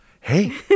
Hey